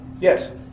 Yes